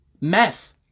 meth